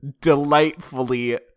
delightfully